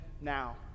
now